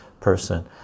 person